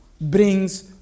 brings